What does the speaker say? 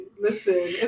listen